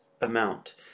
amount